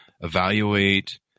evaluate